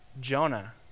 Jonah